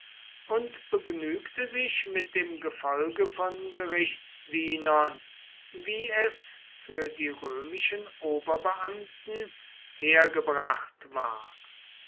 und begnügte sich mit dem gefolge von gerichtsdienern wie es für die römischen oberbeamten hergebracht war